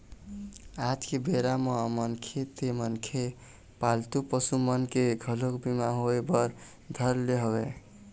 आज के बेरा म मनखे ते मनखे पालतू पसु मन के घलोक बीमा होय बर धर ले हवय